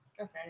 Okay